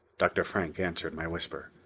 dr. frank answered my whisper.